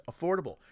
affordable